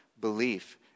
belief